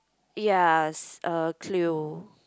ya it's uh Cleo